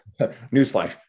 newsflash